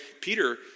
Peter